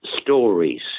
stories